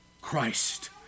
Christ